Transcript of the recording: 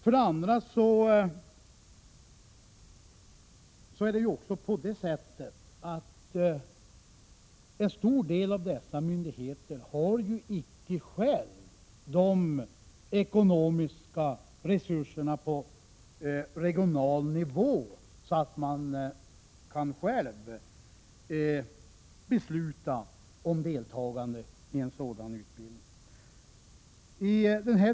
För det andra: En stor del av dessa myndigheter har icke själva de ekonomiska resurser som behövs på regional nivå för att de själva skall kunna besluta om att delta i en sådan utbildning.